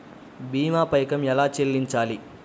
భీమా పైకం ఎలా చెల్లించాలి?